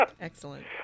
Excellent